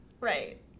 Right